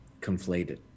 conflated